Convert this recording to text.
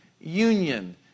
union